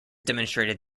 demonstrated